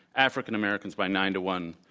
african americans, by nine to one.